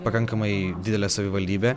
pakankamai didelė savivaldybė